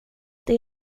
det